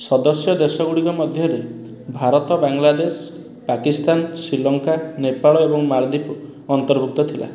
ସଦସ୍ୟ ଦେଶ ଗୁଡ଼ିକ ମଧ୍ୟରେ ଭାରତ ବାଂଲାଦେଶ ପାକିସ୍ତାନ ଶ୍ରୀଲଙ୍କା ନେପାଳ ଏବଂ ମାଳଦ୍ୱୀପ ଅନ୍ତର୍ଭୁକ୍ତ ଥିଲା